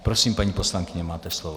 Prosím, paní poslankyně, máte slovo.